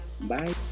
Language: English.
bye